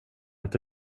inte